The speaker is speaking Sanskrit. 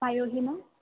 पायोहिमम्